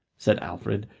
said alfred,